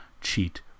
cheat